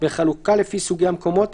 בחלוקה לפי סוגי המקומות,